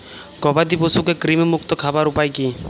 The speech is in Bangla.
গবাদি পশুকে কৃমিমুক্ত রাখার উপায় কী?